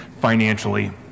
financially